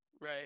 right